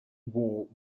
war